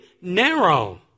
narrow